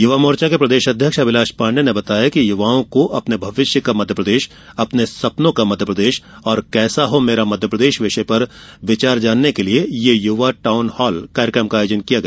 युवा मोर्चा के प्रदेश अध्यक्ष अभिलाष पाण्डे ने बताया कि युवाओं को अपने भविष्य का मध्यप्रदेश अपने सपनो का मध्यप्रदेश और कैसा हो मेरा मध्यप्रदेश विषय पर विचार जानने के लिए ये युवा टाउन हाल कार्यक्रम का आयोजन किया गया